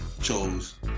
chose